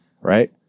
right